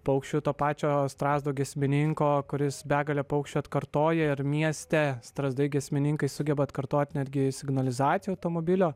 paukščių to pačio strazdo giesmininko kuris begalę paukščių atkartoja ir mieste strazdai giesmininkai sugeba atkartoti netgi signalizacijų automobilio